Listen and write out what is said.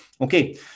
Okay